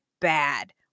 bad